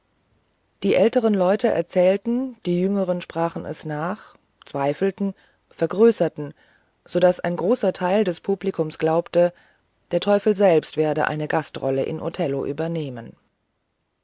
die älteren leute erzählten die jüngeren sprachen es nach zweifelten vergrößerten so daß ein großer teil des publikums glaubte der teufel selbst werde eine gastrolle im othello übernehmen